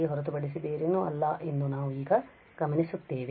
ಯನ್ನು ಹೊರತುಪಡಿಸಿ ಬೇರೇನೂ ಅಲ್ಲ ಎಂದು ನಾವು ಏನನ್ನು ಗಮನಿಸುತ್ತೇವೆ